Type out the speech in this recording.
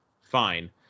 fine